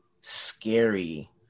scary